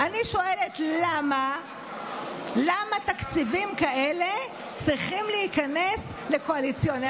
אני שואלת למה תקציבים כאלה צריכים להיכנס לקואליציוניים.